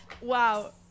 wow